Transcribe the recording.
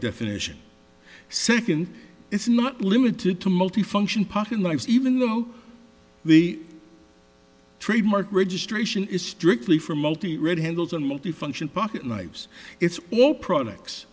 definition second it's not limited to multifunction parking lines even though the trademark registration is strictly for multi red handles and multifunction pocket knives it's all products